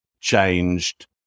changed